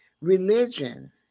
Religion